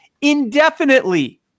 indefinitely